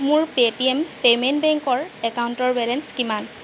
মোৰ Paytm payment বেংকৰ একাউণ্টৰ বেলেঞ্চ কিমান